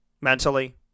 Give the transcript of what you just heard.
Mentally